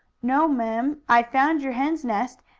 no'm. i found your hen's nest,